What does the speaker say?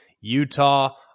Utah